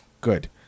Good